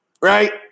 right